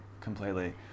completely